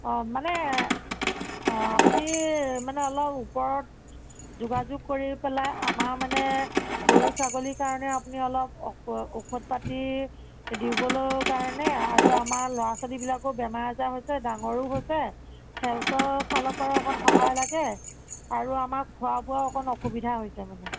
অঁ মানে অঁ আপুনি মানে অলপ ওপৰত যোগাযোগ কৰি পেলাই আমাৰ মানে গৰু ছাগলীৰ কাৰণে আপুনি অলপ ঔষধ ঔষধ পাতি দিবলৈ কাৰণে আৰু আমাৰ ল'ৰা ছোৱালীবিলাকৰ বেমাৰ আজাৰ হৈছে ডাঙৰৰো হৈছে হেলথৰ ফালৰ পৰা অকণ সহায় লাগে আৰু আমাক খোৱা বোৱা অকণ অসুবিধা হৈছে মানে